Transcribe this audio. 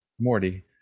Morty